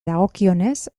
dagokionez